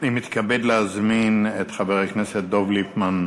אני מתכבד להזמין את חבר הכנסת דב ליפמן.